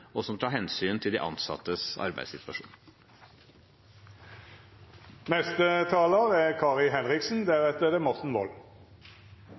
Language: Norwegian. og som tar hensyn til de ansattes arbeidssituasjon.